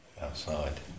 outside